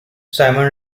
simon